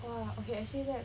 !wah! okay actually that